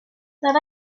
that